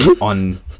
on